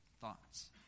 thoughts